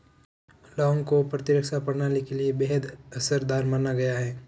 लौंग को प्रतिरक्षा प्रणाली के लिए बेहद असरदार माना गया है